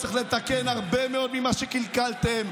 צריך לתקן הרבה מאוד ממה שקלקלתם,